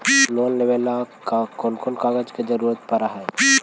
Loan लेबे ल कैन कौन कागज के जरुरत पड़ है?